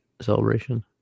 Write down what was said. celebration